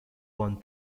one